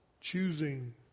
choosing